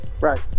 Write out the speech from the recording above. right